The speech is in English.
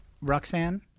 Roxanne